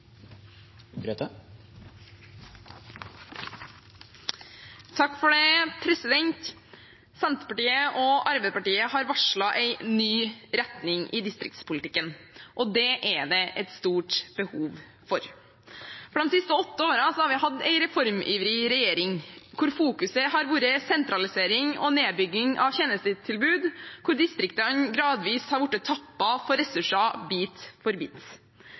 er for oss alle sammen. Debatten i sak nr. 7 er avsluttet. Senterpartiet og Arbeiderpartiet har varslet en ny retning i distriktspolitikken, og det er det et stort behov for. For de siste åtte årene har vi hatt en reformivrig regjering hvor fokuset har vært sentralisering og nedbygging av tjenestetilbud, og hvor distriktene gradvis har blitt tappet for ressurser – bit